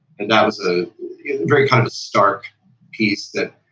and that was a very kind of stark piece that